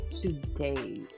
Today